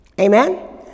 Amen